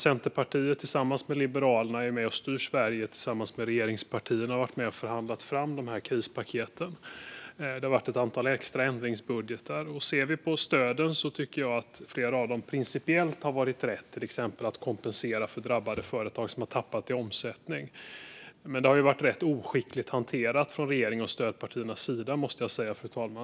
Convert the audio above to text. Centerpartiet och Liberalerna är ju med och styr Sverige tillsammans med regeringspartierna och har varit med och förhandlat fram krispaketen. Det har varit ett antal extra ändringsbudgetar. Jag tycker att flera av stöden har varit principiellt riktiga, till exempel att kompensera drabbade företag som tappat i omsättning, men det har varit rätt oskickligt hanterat från regeringens och stödpartiernas sida.